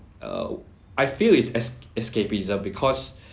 err I feel it's esc~ escapism because